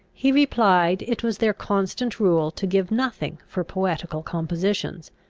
he replied, it was their constant rule to give nothing for poetical compositions,